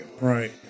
Right